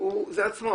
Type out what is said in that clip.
זה עצמו,